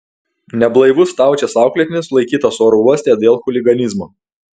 neblaivus staučės auklėtinis sulaikytas oro uoste dėl chuliganizmo